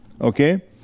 okay